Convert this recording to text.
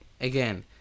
again